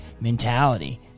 mentality